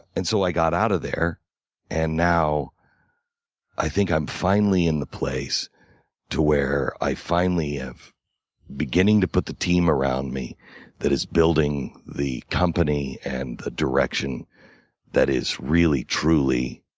and so i got out of there and now i think i'm finally in the place to where i finally am beginning to put the team around me that is building the company and the direction that is really, truly,